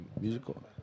musical